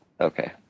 Okay